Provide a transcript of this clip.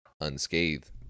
unscathed